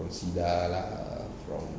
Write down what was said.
from cedar lah from